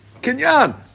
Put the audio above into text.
Kenyan